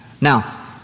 Now